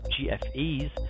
GFEs